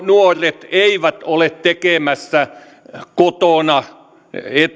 nuoret eivät ole tekemässä kotona